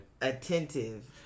attentive